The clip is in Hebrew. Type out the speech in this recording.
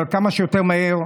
אבל כמה שיותר מהר,